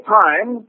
time